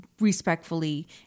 respectfully